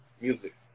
music